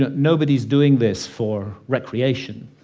ah nobody's doing this for recreation.